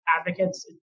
advocates